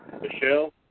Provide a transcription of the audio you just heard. Michelle